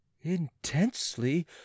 intensely